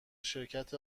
شرکت